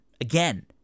Again